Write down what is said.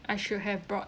I should have brought